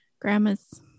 Grandmas